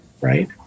Right